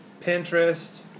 Pinterest